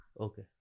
Okay